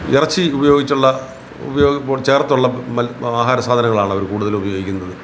ഇറച്ചി ഉപയോഗിച്ചുള്ള ഉപയോഗ ചേർത്തുള്ള മൽ ആഹാരസാധനങ്ങളാണ് അവർ കൂടുതലും ഉപയോഗിക്കുന്നത്